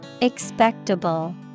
Expectable